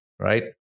Right